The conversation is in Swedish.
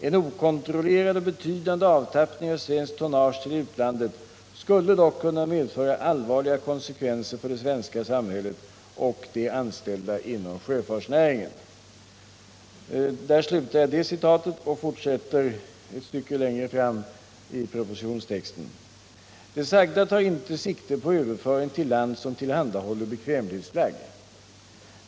En okontrollerad och betydande avtappning av svenskt tonnage till utlandet skulle dock kunna medföra allvarliga konsekvenser för det svenska samhället och de anställda inom sjöfartsnäringen.” Jag fortsätter att citera ett stycke längre ner i propositionstexten: ”Det sagda tar inte sikte på överföring till land som tillhandahåller bekvämlighetsflagg.